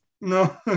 no